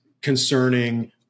concerning